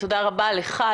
תודה רבה לך,